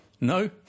No